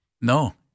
No